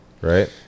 Right